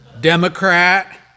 Democrat